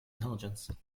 intelligence